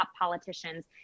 politicians